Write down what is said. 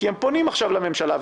כי הם פונים עכשיו לממשלה,